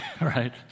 right